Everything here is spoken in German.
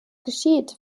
geschieht